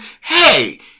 Hey